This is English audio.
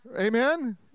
Amen